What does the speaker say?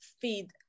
feed